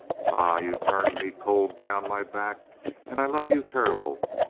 la, you turn me cold down my back and i love you terrible.